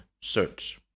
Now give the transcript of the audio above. search